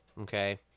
okay